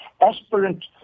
aspirant